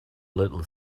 little